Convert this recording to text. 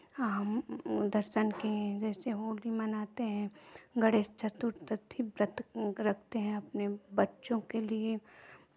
हम दर्शन किये जैसे वो भी मनाते हैं गणेश चतुर्थी व्रत रखते हैं अपने बच्चों के लिये